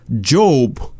Job